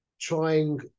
trying